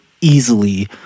easily